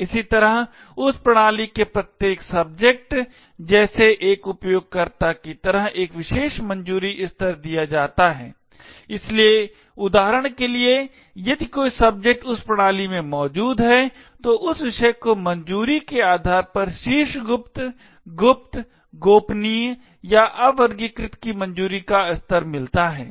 इसी तरह उस प्रणाली के प्रत्येक सब्जेक्ट जैसे एक उपयोगकर्ता की तरह एक विशेष मंजूरी स्तर दिया जाता है इसलिए उदाहरण के लिए यदि कोई सब्जेक्ट उस प्रणाली में मौजूद है तो उस विषय को मंजूरी के आधार पर शीर्ष गुप्त गुप्त गोपनीय या अवर्गीकृत की मंजूरी का स्तर मिलता है